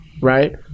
right